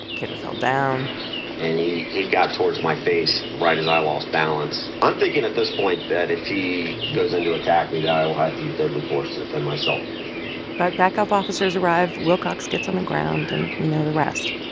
kidder fell down and he he got towards my face right as i lost balance. i'm thinking at this point that if he goes in to attack me, that i use deadly force to defend and myself but backup officers arrive. wilcox gets on the ground, and we know the rest.